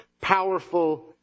powerful